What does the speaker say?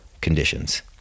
conditions